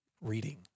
reading